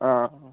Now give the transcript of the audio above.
हां